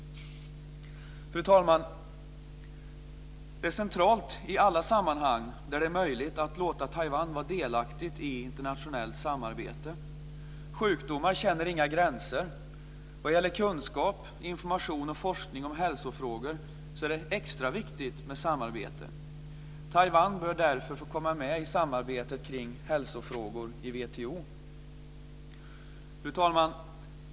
Fru talman! Det är centralt att i alla sammanhang där det är möjligt låta Taiwan vara delaktigt i internationellt samarbete. Sjukdomar känner inga gränser. När det gäller kunskap, information och forskning om hälsofrågor är det extra viktigt med samarbete. Taiwan bör därför få komma med i samarbetet kring hälsofrågor i WTO. Fru talman!